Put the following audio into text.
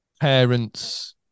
Parents